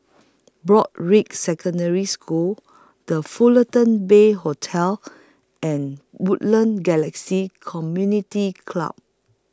Broadrick Secondary School The Fullerton Bay Hotel and Woodlands Galaxy Community Club